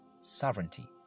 sovereignty